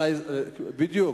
בדיוק.